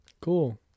Cool